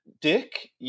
Dick